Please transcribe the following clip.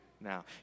now